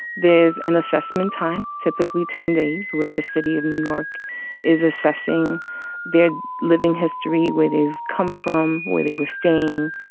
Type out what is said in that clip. there's an assessment time, typically ten days where the city of new york is assessing their living history, where they've come from, where they were staying,